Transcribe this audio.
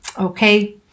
okay